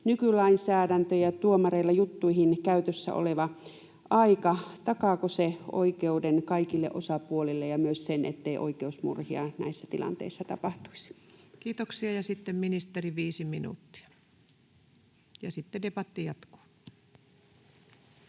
nykylainsäädännön ja tuomareilla juttuihin käytössä olevan ajan. Takaako se oikeuden kaikille osapuolille ja myös sen, ettei oikeusmurhia näissä tilanteissa tapahtuisi? [Speech 201] Speaker: Ensimmäinen varapuhemies Paula